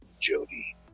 Jody